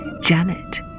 Janet